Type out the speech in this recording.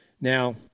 Now